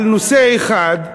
על נושא אחד,